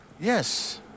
Yes